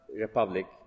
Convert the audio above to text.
republic